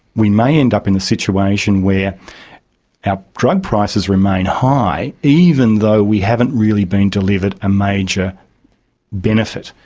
we may end up in a situation where our drug prices remain high, even though we haven't really been delivered a major benefit.